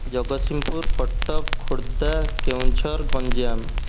Jagatsinghpur Cuttack Khordha Keonjhar Ganjam